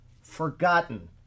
forgotten